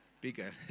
bigger